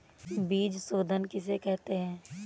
बीज शोधन किसे कहते हैं?